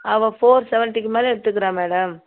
அவள் ஃபோர் செவன்ட்டிக்கு மேலே எடுத்துக்கிறா மேடம்